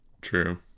true